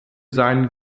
seinen